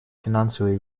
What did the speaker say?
финансовые